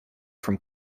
from